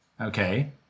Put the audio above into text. Okay